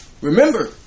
Remember